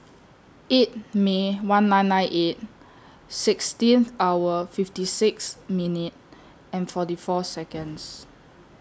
eight May one nine nine eight sixteen hour fifty six minute and forty four Seconds